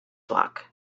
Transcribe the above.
luck